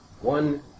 One